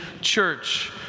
church